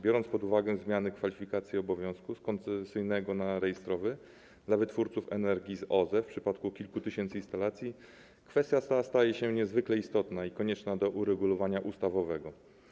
Biorąc pod uwagę zmiany kwalifikacji obowiązku z koncesyjnego na rejestrowy dla wytwórców energii z OZE w przypadku kilku tysięcy instalacji, kwestia ta staje się niezwykle istotna i konieczna do uregulowania ustawowego.